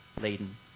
laden